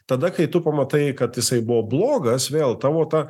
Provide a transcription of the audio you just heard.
tada kai tu pamatai kad jisai buvo blogas vėl tavo ta